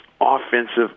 offensive